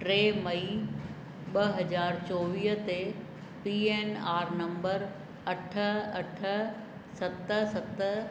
टे मई ॿ हजार चोवीह ते पी एन आर नंबर अठ अठ सत सत